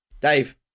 Dave